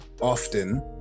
often